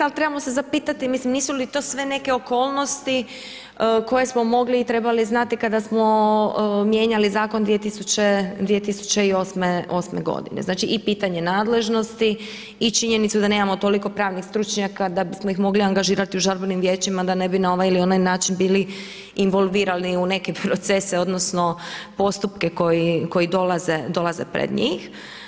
Ali trebamo se zapitati mislim nisu li to sve neke okolnosti koje smo mogli i trebali znati kada smo mijenjali zakon 2008. godine i pitanje nadležnosti i činjenicu da nemamo toliko pravnih stručnjaka da bismo ih mogli angažirati u žalbenim vijećima da ne bi na ovaj ili onaj način bili involvirani u neke procese odnosno postupke koji dolaze pred njih.